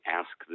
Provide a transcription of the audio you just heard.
ask